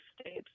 states